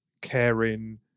caring